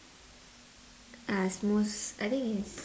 as most I think is